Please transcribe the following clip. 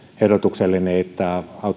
ehdotukselleni että